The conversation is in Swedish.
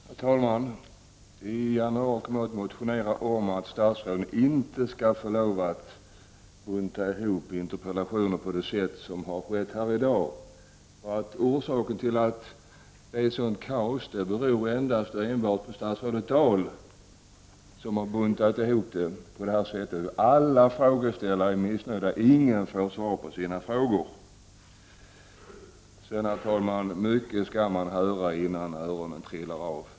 Herr talman! I januari kommer jag att motionera om att statsråden inte skall få bunta ihop interpellationer på det sätt som har skett här i dag. Orsaken till dagens kaos är ju endast statsrådets agerande; hon har buntat ihop svaren. Alla interpellanter är missnöjda; ingen får svar på sina frågor. Herr talman! Mycket skall man höra innan öronen trillar av!